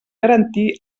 garantir